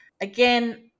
Again